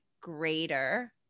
greater